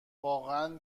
واقعا